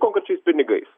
konkrečiais pinigais